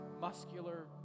muscular